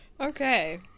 okay